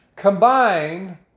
combine